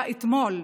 היה אתמול,